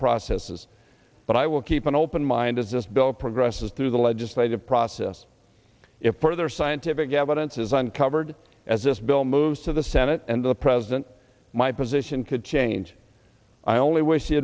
processes but i will keep an open mind as this bill progresses through the legislative process if further scientific evidence is uncovered as this bill moves to the senate and the president my position could change i only wish the